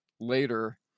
later